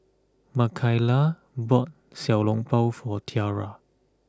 Makaila bought Xiao Long Bao for Tiara